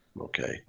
Okay